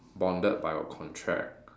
bonded by a contract